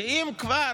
שאם כבר,